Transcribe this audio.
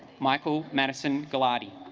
michael medicine gilardi